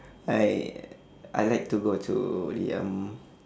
I I like to go to the um